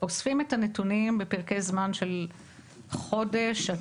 אוספים את הנתונים בפרקי זמן של חודש עד